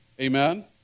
Amen